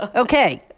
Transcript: ok.